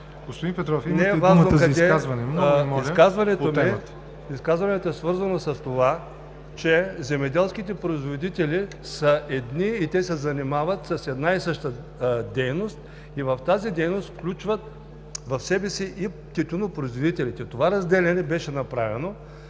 Господин Петров, имате думата за изказване. Много Ви моля – по темата. ПЕТЪР ПЕТРОВ: Изказването е свързано с това, че земеделските производители са едни и те се занимават с една и съща дейност. В тази дейност се включват и тютюнопроизводителите. Това разделяне беше направено